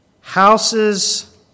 Houses